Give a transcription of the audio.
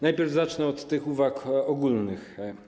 Najpierw zacznę od tych uwag ogólnych.